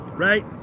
right